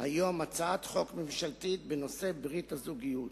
היום הצעת חוק ממשלתית בנושא ברית הזוגיות,